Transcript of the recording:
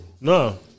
no